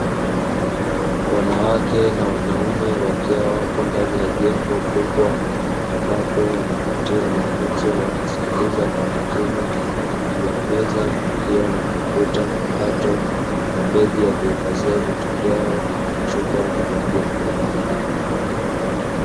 Wanawake na wanaume wakiwa wapo ndani ya jengo kubwa ambapo wanapatiwa mafunzo wakisikiliza kwa makini juu ya meza kukiwa na kompyuta mpakato, mabegi ya kuhifadhia vitu vyao na chupa za maji ya kunywa.